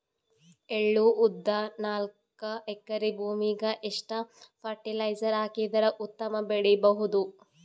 ಎಳ್ಳು, ಉದ್ದ ನಾಲ್ಕಎಕರೆ ಭೂಮಿಗ ಎಷ್ಟ ಫರಟಿಲೈಜರ ಹಾಕಿದರ ಉತ್ತಮ ಬೆಳಿ ಬಹುದು?